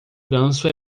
ganso